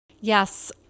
Yes